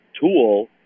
tool